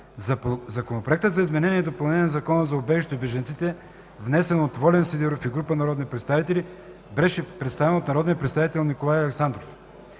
Законопроектът за изменение и допълнение на Закона за убежището и бежанците, внесен от Волен Сидеров и група народни представители, беше представен от народния представител Николай Александров.